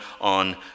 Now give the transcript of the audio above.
on